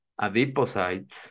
adipocytes